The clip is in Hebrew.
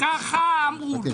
כך אמרו